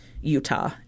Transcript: Utah